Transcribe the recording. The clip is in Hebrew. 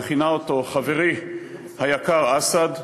וכינה אותו "חברי היקר אסד",